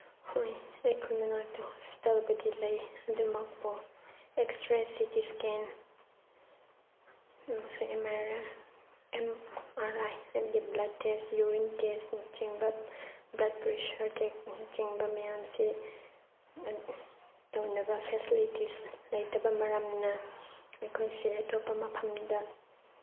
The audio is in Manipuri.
ꯍꯣꯏ ꯑꯩꯈꯣꯏ ꯃꯅꯥꯛꯇ ꯍꯣꯁꯄꯤꯇꯥꯜꯕꯨꯗꯤ ꯂꯩ ꯑꯗꯨꯃꯛꯄꯨ X ray C T scan ꯑꯃꯁꯨꯡ ꯑꯦꯝ ꯑꯥꯔ ꯑꯥꯏ ꯍꯥꯏꯕꯗꯤ ꯕ꯭ꯂꯠ ꯇꯦꯁ ꯌꯨꯔꯤꯟ ꯇꯦꯁꯅꯆꯤꯡꯕ ꯕ꯭ꯂꯠ ꯄ꯭ꯔꯦꯁꯔ ꯆꯦꯛꯅꯆꯤꯡꯕ ꯃꯌꯥꯝꯁꯦ ꯇꯧꯅꯕ ꯐꯦꯁꯤꯂꯤꯇꯤꯁ ꯂꯩꯇꯕ ꯃꯔꯝꯅ ꯑꯩꯈꯣꯏꯁꯦ ꯑꯇꯣꯞꯄ ꯃꯐꯝꯗ